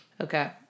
Okay